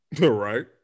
Right